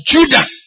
Judah